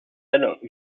elles